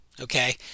okay